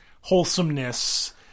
wholesomeness